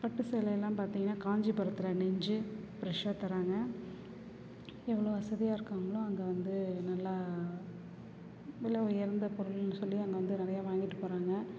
பட்டு சேலை எல்லாம் பார்த்தீங்கன்னா காஞ்சிபுரத்தில் நெஞ்சு ஃப்ரெஷ்ஷாக தர்றாங்க எவ்வளோ வசதியாக இருக்காங்களோ அங்கே வந்து நல்ல விலை உயர்ந்த பொருள்னு சொல்லி அங்கே வந்து நிறையா வாங்கிட்டு போகிறாங்க